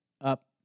up